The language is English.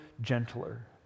gentler